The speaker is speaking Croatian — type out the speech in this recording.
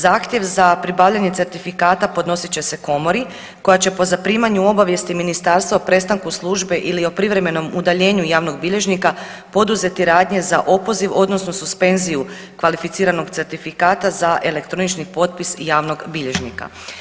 Zahtjev za pribavljanje certifikata podnosit će se komori koja će po zaprimanju obavijesti ministarstva o prestanku službe ili o privremenom udaljenju javnog bilježnika poduzeti radnje za opoziv odnosno suspenziju kvalificiranog certifikata za elektronični potpis javnog bilježnika.